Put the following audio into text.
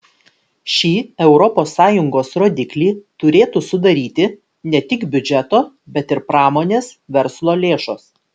šį europos sąjungos rodiklį turėtų sudaryti ne tik biudžeto bet ir pramonės verslo lėšos